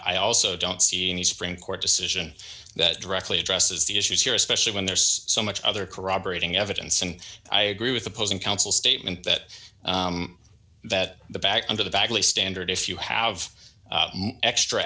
i also don't see any supreme court decision that directly addresses the issues here especially when there's so much other corroborating evidence and i agree with opposing counsel statement that that the back under the bagley standard if you have extra